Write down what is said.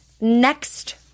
next